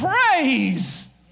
praise